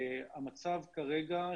המצב כרגע,